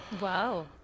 Wow